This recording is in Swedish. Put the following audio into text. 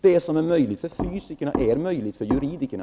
Det som är möjligt för fysikerna är möjligt för juristerna.